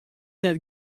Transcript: net